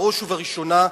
בראש ובראשונה,